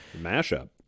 Mashup